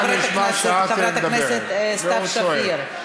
חברת הכנסת סתיו שפיר.